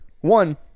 One